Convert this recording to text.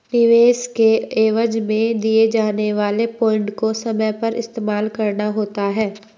निवेश के एवज में दिए जाने वाले पॉइंट को समय पर इस्तेमाल करना होता है